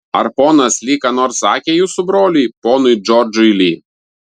ar ponas li ką nors sakė jūsų broliui ponui džordžui li